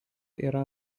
yra